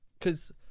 cause